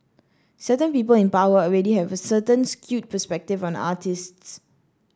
certain people in power already have a certain skewed perspective on artists